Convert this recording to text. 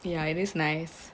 ya it is nice